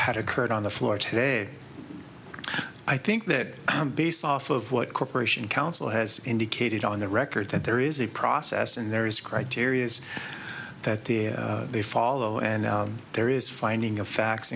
had occurred on the floor today i think that based off of what corporation counsel has indicated on the record that there is a process and there is criteria is that the they follow and there is finding of fa